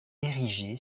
érigé